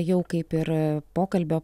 jau kaip ir pokalbio